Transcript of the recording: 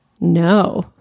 no